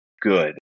good